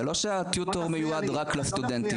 זה לא שהטיוטור מיועד רק לסטודנטים